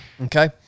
okay